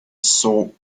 saw